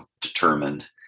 determined